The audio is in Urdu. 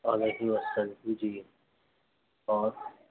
آدھا ایک کلو لحسن بھی چاہیے اور